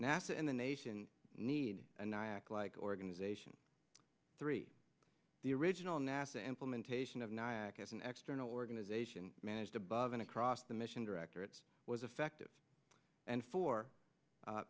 nasa and the nation need nyack like organization three the original nasa implementation of nyack as an extra an organization managed above an across the mission directorates was effective and for